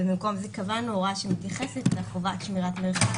ובמקום זה קבענו הוראה שמתייחסת לחובת שמירת מרחק